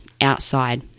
outside